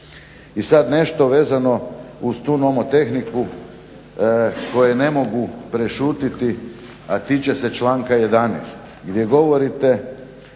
I sad nešto vezano uz tu nomotehniku koje ne mogu prešutjeti, a tiče se članka 11. gdje govorite